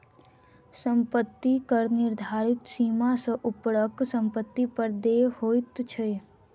सम्पत्ति कर निर्धारित सीमा सॅ ऊपरक सम्पत्ति पर देय होइत छै